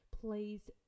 please